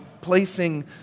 placing